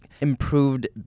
improved